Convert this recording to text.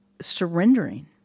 surrendering